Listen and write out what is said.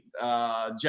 Jeff